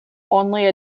only